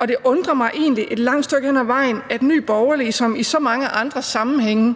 Og det undrer mig egentlig et langt stykke hen ad vejen, at Nye Borgerlige – som i så mange andre sammenhænge